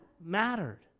mattered